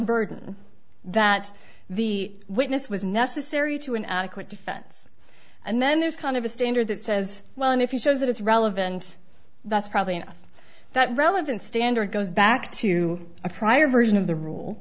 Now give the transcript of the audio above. burden that the witness was necessary to an adequate defense and then there's kind of a standard that says well if you show that it's relevant that's probably enough that relevant standard goes back to a prior version of the rule